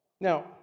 Now